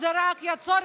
יום כיפור,